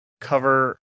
cover